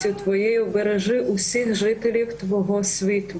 אלוהינו, ברך נא את קרובינו וידידינו,